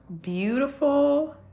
beautiful